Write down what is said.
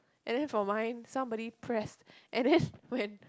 and then for mine somebody press and then when